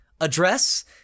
address